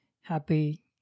happy